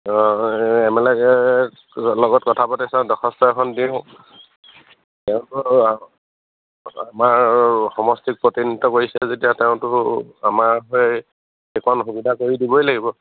M L এৰ লগত কথা পাতি চাওঁ দৰখাস্ত এখন দিওঁ তেওঁ আমাৰ সমষ্টিত প্ৰতিনিধিত্ব কৰিছে যেতিয়া তেওঁতো আমাৰ হৈ এইকণ সুবিধা কৰি দিবই লাগিব